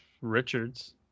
Richards